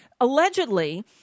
allegedly